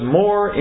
more